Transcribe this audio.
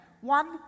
One